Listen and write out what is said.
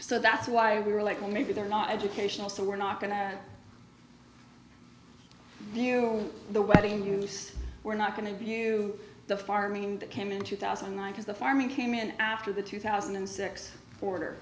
so that's why we were like well maybe they're not educational so we're not going to do the wedding use we're not going to give you the farming that came in two thousand and nine because the farming came in after the two thousand and six order